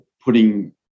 putting